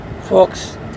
Folks